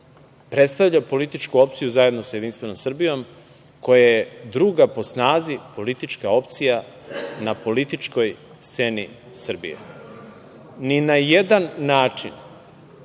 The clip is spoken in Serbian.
predstavlja političku opciju zajedno sa JS koja je druga po snazi politička opcija na političkoj sceni Srbije. Ni na jedan način,